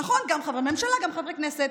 נכון, גם חברי ממשלה, גם חברי כנסת.